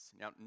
Now